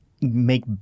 make